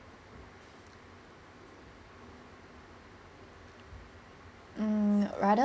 mm rather